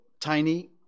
tiny